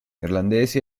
irlandesi